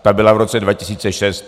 Ta byla v roce 2006.